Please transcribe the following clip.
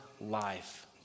life